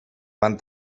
van